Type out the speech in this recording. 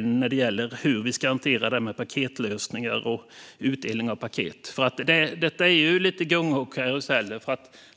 när det gäller hur paketlösningar och utdelning av paket ska hanteras. Detta är ju lite gungor och karuseller.